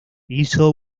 hizo